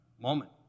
Moment